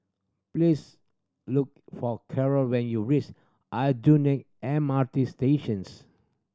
please look for Carol when you race Aljunied M R T Stations